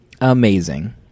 amazing